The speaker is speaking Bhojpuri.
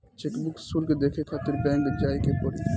चेकबुक शुल्क देखे खातिर बैंक जाए के पड़ी